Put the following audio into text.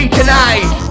tonight